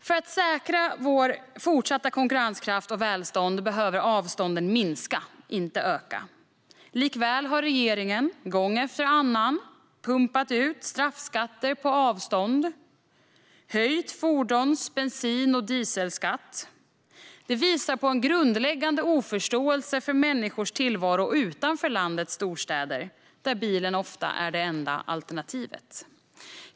För att säkra vår fortsatta konkurrenskraft och vårt välstånd behöver avstånden minska, inte öka. Likväl har regeringen gång efter annan pumpat ut straffskatter på avstånd och höjt fordons-, bensin och dieselskatterna. Det visar på en grundläggande oförståelse för människors tillvaro utanför landets storstäder, där bilen ofta är det enda alternativet.